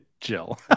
chill